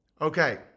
okay